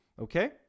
Okay